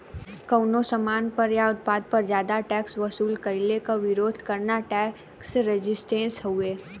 कउनो सामान पर या उत्पाद पर जादा टैक्स वसूल कइले क विरोध करना टैक्स रेजिस्टेंस हउवे